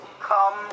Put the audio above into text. come